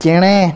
ᱪᱮᱬᱮ